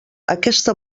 aquesta